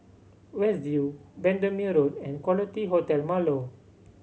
West View Bendemeer Road and Quality Hotel Marlow